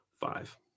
five